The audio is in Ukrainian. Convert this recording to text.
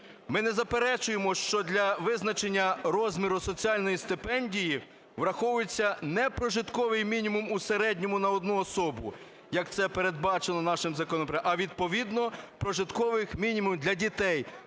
Ми не заперечуємо, що для визначення розміру соціальної стипендії враховується не прожитковий мінімум у середньому на одну особу, як це передбачено нашим законопроектом, а відповідно прожиткових мінімумів для дітей